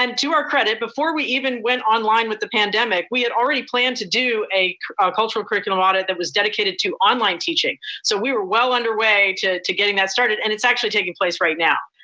and to our credit, before we even went online with the pandemic, we had already planned to do a cultural curriculum audit that was dedicated to online teaching. so we were well underway to to getting that started and it's actually taking place right now.